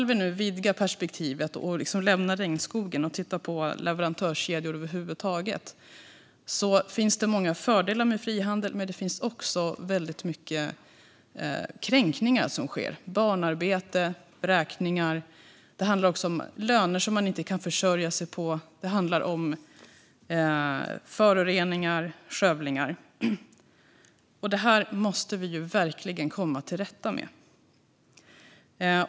Om vi nu vidgar perspektivet, lämnar regnskogen och tittar på leverantörskedjor över huvud taget ser vi att det finns många fördelar med frihandel men att det också sker väldigt många kränkningar, till exempel barnarbete och vräkningar. Det handlar också om löner som man inte kan försörja sig på, om föroreningar och om skövlingar. Det här måste vi verkligen komma till rätta med.